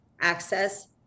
access